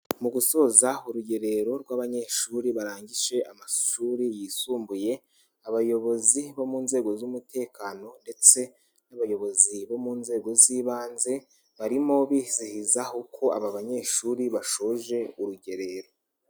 Mu gusoza urugerero rw'abanyeshuri barangije amashuri yisumbuye, abayobozi bo mu nzego z'umutekano ndetse n'abayobozi bo mu nzego z'ibanze, barimo bizihizaho ko aba banyeshuri bashoje urugerero.